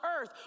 earth